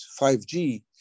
5G